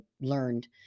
learned